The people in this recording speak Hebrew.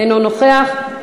אינו נוכח.